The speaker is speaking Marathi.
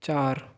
चार